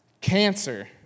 cancer